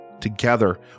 Together